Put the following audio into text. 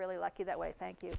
really lucky that way thank you